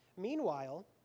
Meanwhile